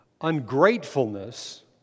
Ungratefulness